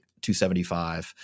275